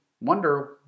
wonder